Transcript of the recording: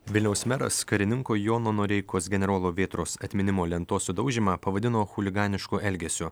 vilniaus meras karininko jono noreikos generolo vėtros atminimo lentos sudaužymą pavadino chuliganišku elgesiu